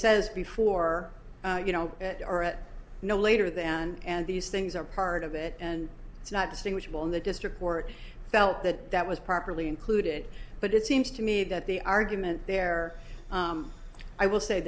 says before you know it or a no later than and these things are part of it and it's not distinguishable in the district court felt that that was properly included but it seems to me that the argument there i will say